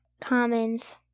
commons